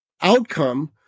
outcome